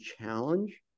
challenge